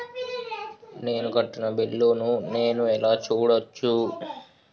నేను కట్టిన బిల్లు ను నేను ఎలా చూడచ్చు?